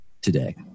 today